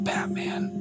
Batman